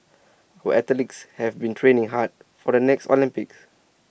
we athletes have been training hard for the next Olympics